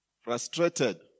Frustrated